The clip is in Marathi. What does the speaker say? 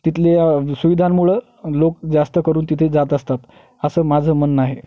तिथले सुविधांमुळं लोक जास्त करून तिथे जात असतात असं माझं म्हणणं आहे